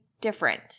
different